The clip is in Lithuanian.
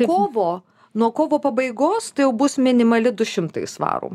kovo nuo kovo pabaigos tai jau bus minimali du šimtai svarų